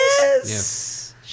Yes